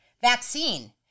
vaccine